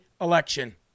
election